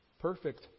Perfect